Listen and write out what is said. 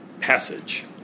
passage